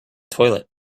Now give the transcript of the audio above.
toilet